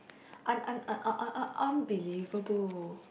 un~ un~ un~ un~ un~ unbelievable